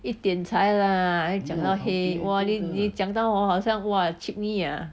一点才啦你讲到黑 wa wa 你你讲到 hor 好像 chimney ah